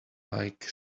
like